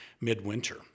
midwinter